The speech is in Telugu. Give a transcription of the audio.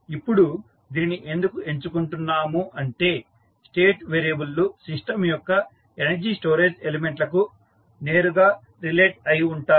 ఇప్పుడు దీనిని ఎందుకు ఎంచుకుంటున్నాము అంటే స్టేట్ వేరియబుల్ లు సిస్టమ్ యొక్క ఎనర్జీ స్టోరేజ్ ఎలిమెంట్ లకు నేరుగా రిలేట్ అయి ఉంటాయి